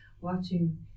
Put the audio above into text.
watching